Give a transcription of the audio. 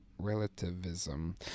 relativism